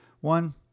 One